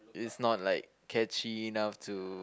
it's not like catchy enough to